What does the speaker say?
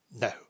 No